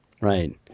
Right